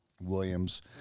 Williams